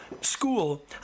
school